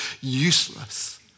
useless